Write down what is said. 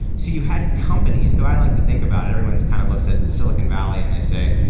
so you had companies, though i like to think about it everyone kind of looks at silicon valley and they say,